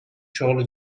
شغل